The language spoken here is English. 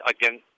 again